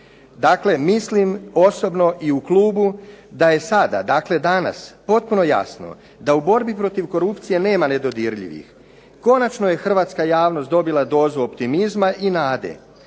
Dakle, mislim osobno i u klubu, da je sada, dakle danas potpuno jasno da u borbi protiv korupcije nema nedodirljivih. Konačno je hrvatska javnost dobila dozu optimizma i nade